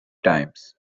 times